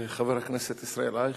חבר הכנסת ישראל אייכלר,